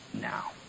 now